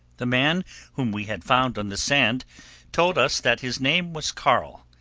the man whom we had found on the sand told us that his name was carl,